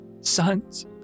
sons